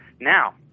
Now